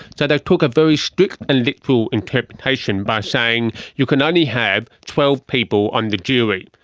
so they took a very strict and literal interpretation by saying you can only have twelve people on the jury.